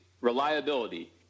reliability